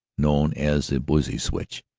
known as the buissy switch.